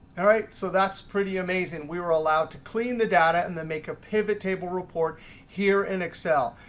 all right, so that's pretty amazing. we were allowed to clean the data and then make a pivot table report here in excel.